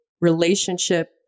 relationship